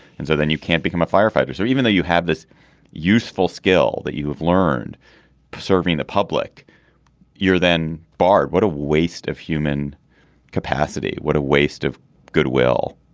and so then you can't become a firefighter so even though you have this useful skill that you have learned serving the public you're then barred. what a waste of human capacity. what a waste of goodwill.